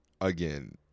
again